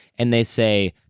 and they say,